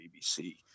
BBC